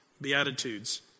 beatitudes